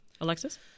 Alexis